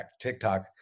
TikTok